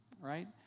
right